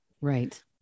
right